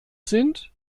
sind